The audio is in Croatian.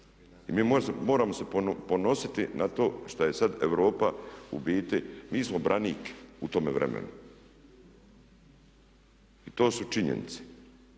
i mi moramo se ponositi na to šta je sad Europa u biti, mi smo branik u tome vremenu. I to su činjenice.